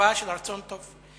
מחווה של רצון טוב.